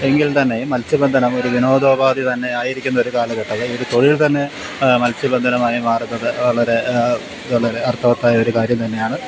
എങ്കിൽ തന്നെയും മത്സ്യബന്ധനം ഒരു വിനോദ ഉപാധി തന്നെയായിരിക്കുന്ന ഒരു കാലഘട്ടം അതായത് തൊഴിൽ തന്നെ മത്സ്യബന്ധനമായി മാറുന്നത് വളരെ വളരെ അർത്ഥവത്തായ ഒരു കാര്യം തന്നെയാണ്